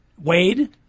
Wade